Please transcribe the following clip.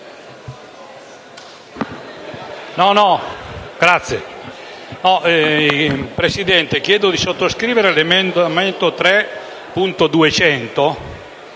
brevemente, chiedo di sottoscrivere l'emendamento 3.200